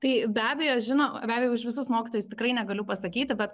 tai be abejo žino vedė už visus mokytojus tikrai negaliu pasakyti bet